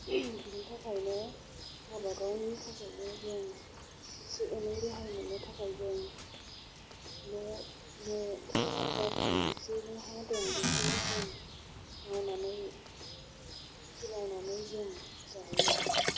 बेनिथाखायनो गाबागावनि थाखाय जों एसे एनै रोहाय मोननो जों न' बे थि राजाथि जे खिनि हा दं बेखौ जों मावनानै खेथि मावनानो जों जायो